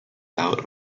out